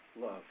love